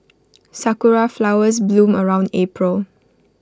Sakura Flowers bloom around April